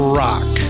rock